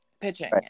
pitching